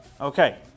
Okay